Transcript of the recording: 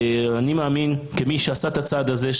אני מאמין כמי שעשה את הצעד הזה,